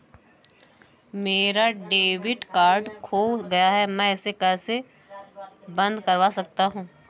मेरा debit card खो गया है मैं इसे कैसे बंद करवा सकता हूँ?